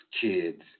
kids